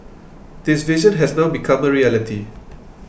this vision has now become a reality